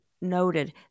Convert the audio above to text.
noted